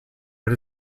but